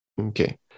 Okay